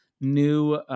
new